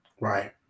Right